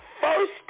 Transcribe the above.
first